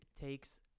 takes